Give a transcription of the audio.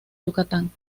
yucatán